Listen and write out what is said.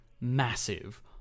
massive